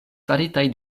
faritaj